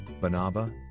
banaba